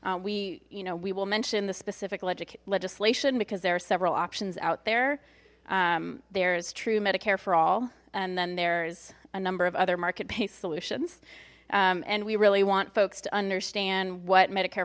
s we you know we will mention the specific legislation because there are several options out there there is true medicare for all and then they a number of other market based solutions and we really want folks to understand what medicare